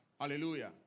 Hallelujah